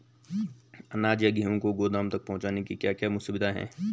अनाज या गेहूँ को गोदाम तक पहुंचाने की क्या क्या सुविधा है?